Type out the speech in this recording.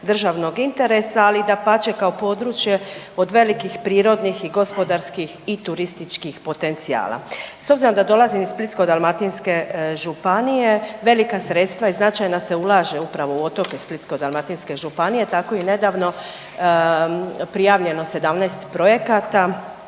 državnog interesa, ali dapače kao i područje od velikih prirodnih i gospodarskih i turističkih potencijala. S obzirom da dolazim iz Splitsko-dalmatinske županije velika sredstva i značajna se ulaže upravo u otoke Splitsko-dalmatinske županije tako je i nedavno prijavljeno 17 projekata